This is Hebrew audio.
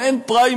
אם אין פריימריז,